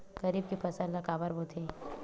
खरीफ के फसल ला काबर बोथे?